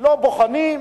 לא בוחנים,